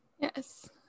Yes